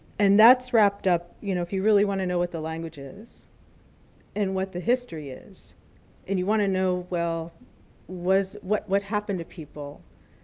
and that's wrapped up, you know if you really want to know what the language is and what the history is and you want to know well what what happened to people,